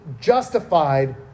justified